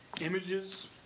images